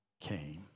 came